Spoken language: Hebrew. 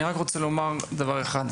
אני רק רוצה לומר דבר אחד.